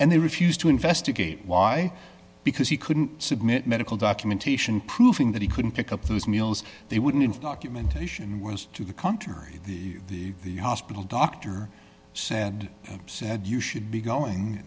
and they refuse to investigate why because he couldn't submit medical documentation proving that he couldn't pick up those meals they wouldn't documentation was to the contrary the hospital doctor said said you should be going